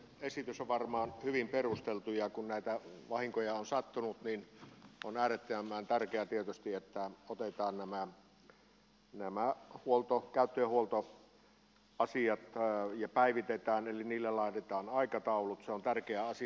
esitys on varmaan hyvin perusteltu ja kun näitä vahinkoja on sattunut niin on äärettömän tärkeää tietysti että otetaan nämä käyttö ja huoltoasiat huomioon ja päivitetään eli niille laitetaan aikataulut se on tärkeä asia